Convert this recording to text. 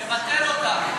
נבטל אותם.